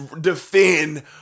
defend